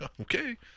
Okay